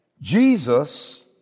Jesus